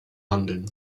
handeln